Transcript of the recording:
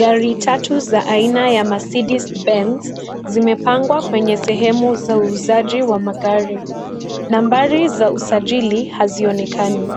Gari tatu za aina ya Mercedes Benz, zimepangwa kwenye sehemu za uuzaji wa magari, nambari za usajili hazionekani,